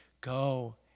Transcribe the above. go